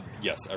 Yes